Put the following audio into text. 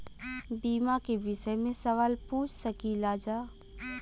बीमा के विषय मे सवाल पूछ सकीलाजा?